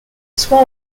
soit